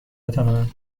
بتوانم